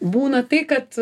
būna tai kad